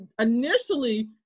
initially